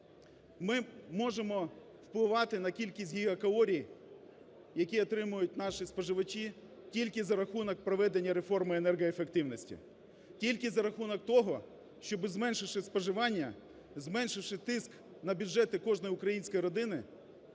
Ми можемо впливати на кількість гігакалорій, які отримують наші споживачі тільки за рахунок проведення реформи енергоефективності, тільки за рахунок того, щоб, зменшивши споживання, зменшивши тиск на бюджети кожної української родини,